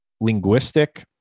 linguistic